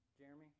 Jeremy